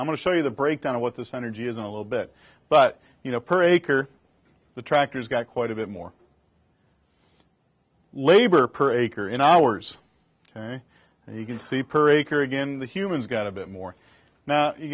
i'm going to show you the breakdown of what this energy is a little bit but you know per acre the tractors got quite a bit more labor per acre in hours ok and you can see per acre again the humans got a bit more now you